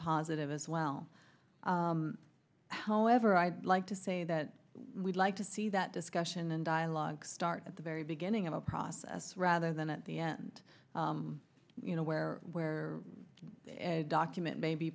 positive as well however i'd like to say that we'd like to see that discussion and dialogue start at the very beginning of a process rather than at the end you know where where the document may be